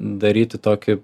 daryti tokį